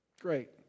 Great